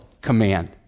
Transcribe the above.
command